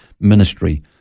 ministry